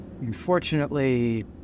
Unfortunately